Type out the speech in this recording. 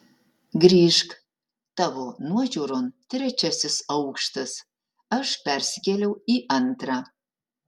grįžk tavo nuožiūron trečiasis aukštas aš persikėliau į antrą